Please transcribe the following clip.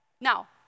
Now